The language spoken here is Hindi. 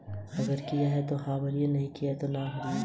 ऋण प्रबंधन क्या है?